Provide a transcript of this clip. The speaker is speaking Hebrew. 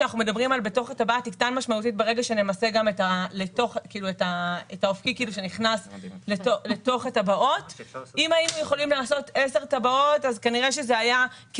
תן לי את האפשרות להיכנס למערכת ולעדכן שמהתאריך הזה עד התאריך הזה,